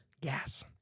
gas